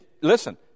Listen